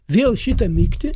vėl šitą mykti